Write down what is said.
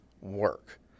work